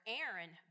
Aaron